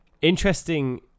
interesting